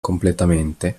completamente